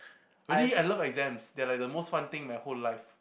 really I love exams they are like the most fun thing in my whole life